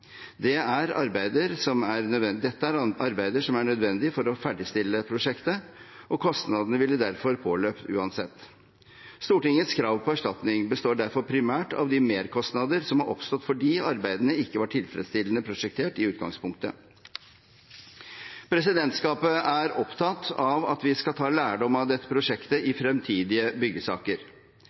Dette er arbeider som er nødvendige for å ferdigstille prosjektet, og kostnadene ville derfor ha påløpt uansett. Stortingets krav på erstatning består derfor primært av de merkostnader som har oppstått fordi arbeidene ikke var tilfredsstillende prosjektert i utgangspunktet. Presidentskapet er opptatt av at vi skal ta lærdom av dette prosjektet i fremtidige byggesaker.